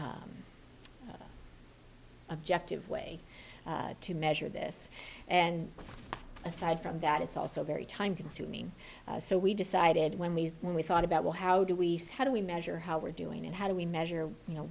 objective way to measure this and aside from that it's also very time consuming so we decided when we when we thought about well how do we how do we measure how we're doing it how do we measure you know